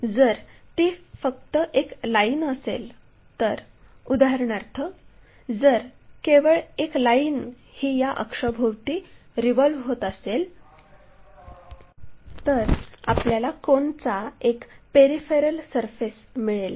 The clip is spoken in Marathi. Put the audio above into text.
जर ती फक्त एक लाईन असेल तर उदाहरणार्थ जर केवळ एक लाईन ही या अक्षाभोवती रिव्हॉल्व होत असेल तर आपल्याला कोनचा एक पेरिफेरल सरफेस मिळेल